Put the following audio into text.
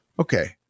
Okay